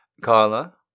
Carla